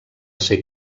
ser